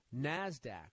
Nasdaq